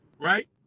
right